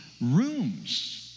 rooms